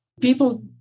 People